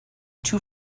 too